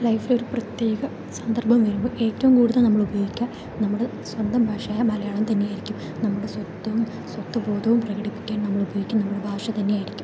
ലൈഫിലൊരു പ്രത്യേക സന്ദർഭം വരുമ്പോൾ ഏറ്റവും കൂടുതൽ നമ്മൾ ഉപയോഗിക്കുക നമ്മൾ സ്വന്തം ഭാഷയായ മലയാളം തന്നെയായിരിക്കും നമ്മുടെ സ്വത്തും സ്വത്വ ബോധവും പ്രകടിപ്പിക്കാൻ നമ്മളുപയോഗിക്കുന്ന ഭാഷ തന്നെയായിരിക്കും